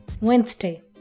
Wednesday